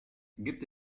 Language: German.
gibt